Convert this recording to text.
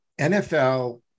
NFL